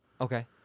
Okay